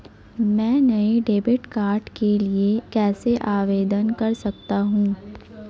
मैं नए debit card के लिए कैसे आवेदन कर सकता हूँ?